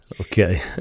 Okay